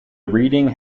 reading